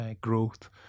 growth